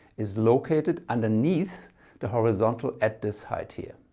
is located underneath the horizontal at this height here.